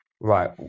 Right